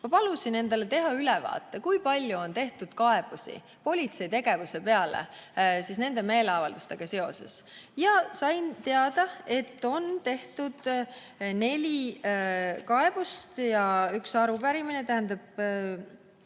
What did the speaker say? ma palusin endale teha ülevaate, kui palju on tehtud kaebusi politsei tegevuse peale nende meeleavaldustega seoses. Sain teada, et on tehtud neli kaebust, tähendab,